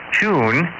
tune